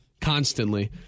constantly